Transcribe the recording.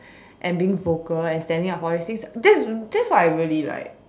and being vocal and standing up for these things that that is what I really like